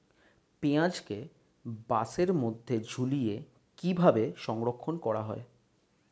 পেঁয়াজকে বাসের মধ্যে ঝুলিয়ে কিভাবে সংরক্ষণ করা হয়?